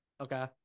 Okay